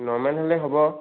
normal হ'লেই হ'ব